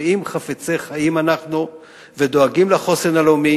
ואם חפצי חיים אנחנו ודואגים לחוסן הלאומי,